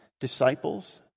disciples